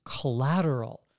collateral